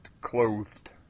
clothed